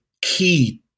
key